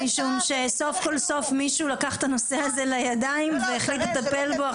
סוף כל סוף מישהו לקח את הנושא הזה לידיים והחליט לטפל בו,